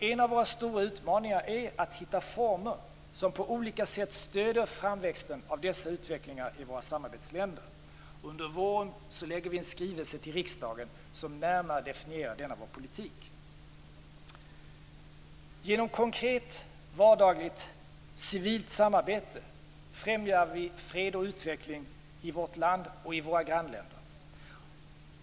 En av våra stora utmaningar är att hitta former som på olika sätt stöder framväxten av denna utveckling i våra samarbetsländer. Under våren kommer regeringen att lägga fram en skrivelse till riksdagen som närmare skall definiera vår politik. Genom konkret, vardagligt civilt samarbete främjar vi fred och utveckling i vårt land och i våra grannländer.